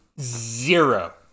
zero